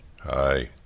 Hi